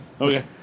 Okay